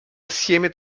assieme